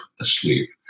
asleep